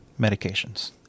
medications